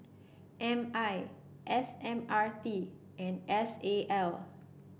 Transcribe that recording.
M I S M R T and S A L